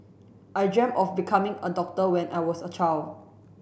I dreamt of becoming a doctor when I was a child